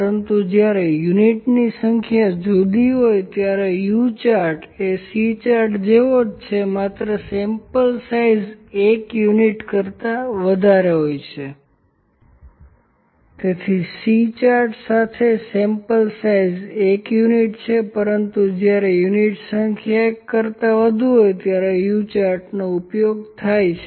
પરંતુ જ્યારે યુનિટની સંખ્યા જુદી હોય ત્યારે U ચાર્ટ એ C ચાર્ટ જેવો છે માત્ર સેમ્પલ સાઇઝ એક યુનિટ કરતા વધુ હોય છે તેથી C ચાર્ટ સાથે સેમ્પલ સાઇઝ એક યુનિટ છે પરંતુ જ્યારે યુનિટ સંખ્યા એક કરતા વધુ હોય છે ત્યારે U ચાર્ટનો ઉપયોગ થાય છે